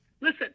listen